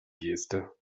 geste